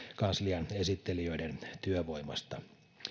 kanslian esittelijöiden työvoimasta